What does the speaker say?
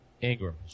Ingram